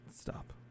Stop